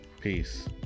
Peace